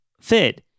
fit